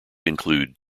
include